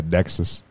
Nexus